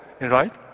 right